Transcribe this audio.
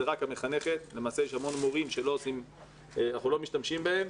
זאת רק המחנכת אבל למעשה יש המון מורים שלא משתמשים בהם.